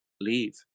Leave